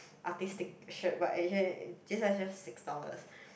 artistic shirt but actually this one just like six dollars